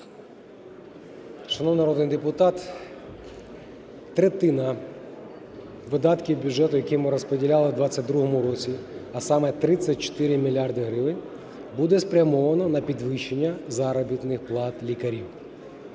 Шановний народний депутат, третина видатків бюджету, який ми розподіляли в 22-му році, а саме 34 мільярди гривень буде спрямовано на підвищення заробітних плат лікарів.